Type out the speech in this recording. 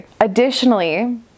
Additionally